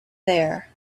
there